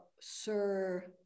Sir